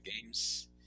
games